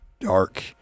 dark